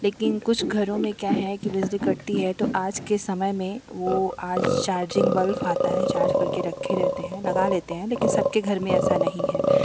लेकिन कुछ घरों में क्या है कि बिजली कटती है तो आज के समय में वो आज चार्जिंग बल्ब आता है चार्ज करके रक्खे रहते हैं लगा लेते हैं लेकिन सबके घर में ऐसा नहीं है